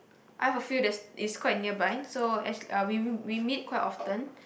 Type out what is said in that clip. I have a few that is quite nearby so actually we we meet quite often